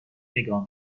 نگاه